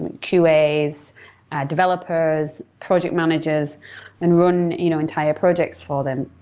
and qas, developers, project managers and run you know entire projects for them.